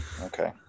Okay